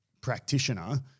practitioner